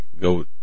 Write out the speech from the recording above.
go